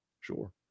sure